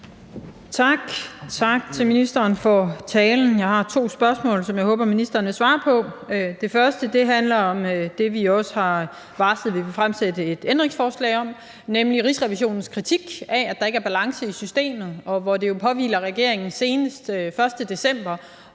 Tak til ministeren for talen. Jeg har to spørgsmål, som jeg håber ministeren vil svare på. Det første handler om det, som vi også har varslet, at vi vil stille et ændringsforslag om, nemlig Rigsrevisionens kritik af, at der ikke er balance i systemet. Det påhviler jo regeringen senest den 1. december